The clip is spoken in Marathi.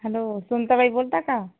हॅलो सुंताबाई बोलता का